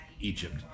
Egypt